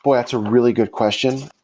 but that's a really good question.